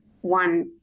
one